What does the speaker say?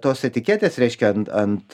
tos etiketės reiškia ant ant